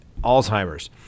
Alzheimer's